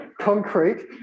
concrete